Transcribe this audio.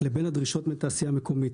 לבין הדרישות מהתעשייה המקומית.